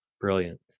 Brilliant